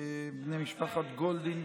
בני משפחת גולדין,